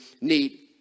need